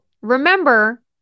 remember